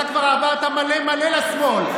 אתה כבר עברת מלא מלא לשמאל.